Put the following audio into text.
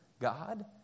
God